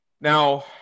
Now